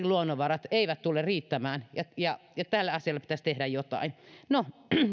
luonnonvarat eivät tule riittämään ja ja tälle asialle pitäisi tehdä jotain no